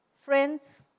Friends